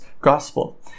gospel